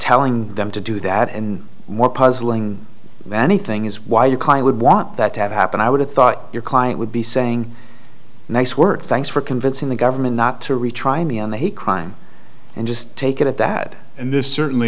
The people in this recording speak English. telling them to do that and more puzzling than anything is why you kind would want that to have happened i would have thought your client would be saying nice work thanks for convincing the government not to retry me on the hate crime and just take it at that and this certainly